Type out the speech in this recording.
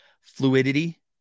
fluidity